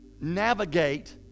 navigate